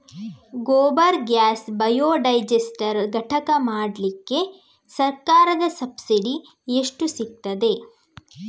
Gobar gas biodigester ಘಟಕ ಮಾಡ್ಲಿಕ್ಕೆ ಸರ್ಕಾರದ ಸಬ್ಸಿಡಿ ಎಷ್ಟು ಸಿಕ್ತಾದೆ?